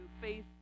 faith